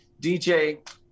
DJ